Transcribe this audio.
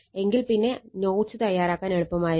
എങ്കിൽ പിന്നെ നോട്ട്സ് തയ്യാറാക്കാൻ എളുപ്പമായിരിക്കും